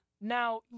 Now